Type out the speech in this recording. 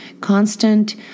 constant